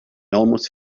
almost